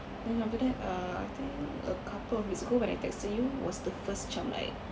then after that uh I think a couple of weeks ago when I texted you was the first macam like